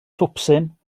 twpsyn